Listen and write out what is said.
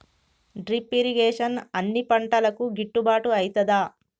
Drip irrigation అన్ని పంటలకు గిట్టుబాటు ఐతదా?